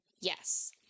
yes